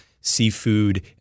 seafood